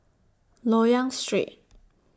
Loyang Street